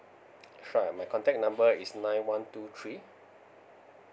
sure my contact number is nine one two three